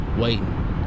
waiting